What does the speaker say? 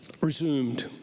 resumed